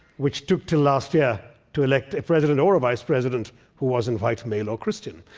which took till last year to elect a president or a vice president who wasn't white, male or christian.